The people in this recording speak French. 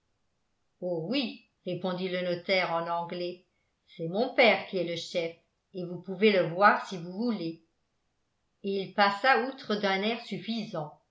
oh oui répondit le notaire en anglais c'est mon père qui est le chef et vous pouvez le voir si vous voulez et il passa outre d'un air suffisant